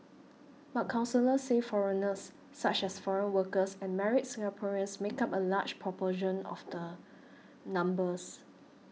but counsellors say foreigners such as foreign workers and married Singaporeans make up a large proportion of the numbers